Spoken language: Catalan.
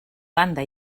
banda